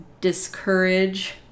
discourage